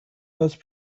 most